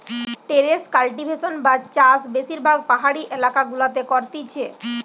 terrace cultivation বা চাষ বেশিরভাগ পাহাড়ি এলাকা গুলাতে করতিছে